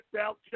out